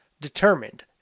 determined